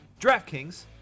DraftKings